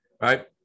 right